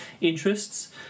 interests